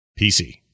PC